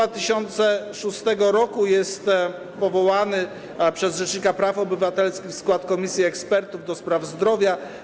W 2006 r. został powołany przez rzecznika praw obywatelskich w skład Komisji Ekspertów ds. Zdrowia.